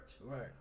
right